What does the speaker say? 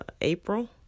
April